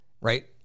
right